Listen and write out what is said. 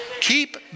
Keep